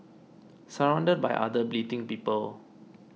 surrounded by other bleating people